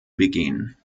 begehen